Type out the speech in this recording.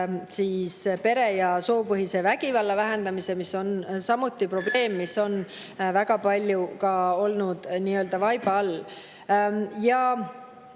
soopõhise ja perevägivalla vähendamise, mis on samuti probleem, mis on väga palju olnud nii-öelda vaiba all.